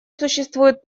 существует